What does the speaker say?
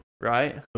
Right